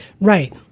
Right